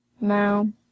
No